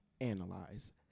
Analyze